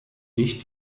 dich